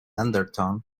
undertone